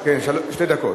שתי דקות.